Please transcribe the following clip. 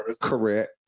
Correct